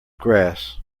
grass